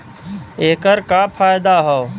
ऐकर का फायदा हव?